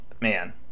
Man